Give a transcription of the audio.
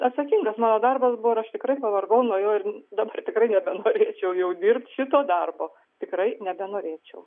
atsakingas darbas buvo ir aš tikrai pavargau nuo jo ir dabar tikrai nebenorėčiau jau dirbt šito darbo tikrai nebenorėčiau